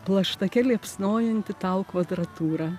plaštake liepsnojanti tal kvadratūra